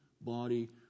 body